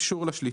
אישור לשליטה)".